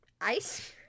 ice